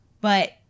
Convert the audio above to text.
But-